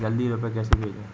जल्दी रूपए कैसे भेजें?